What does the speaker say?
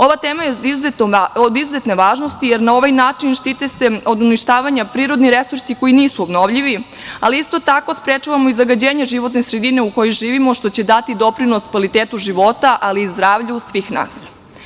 Ova tema je od izuzetne važnosti jer na ovaj način štite se od uništavanja prirodni resursi koji nisu obnovljivi, ali isto tako sprečavamo i zagađenje životne sredine u kojoj živimo, što će dati doprinos kvalitetu života ali i zdravlju svih nas.